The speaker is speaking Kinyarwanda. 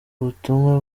ubutumwa